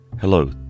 Hello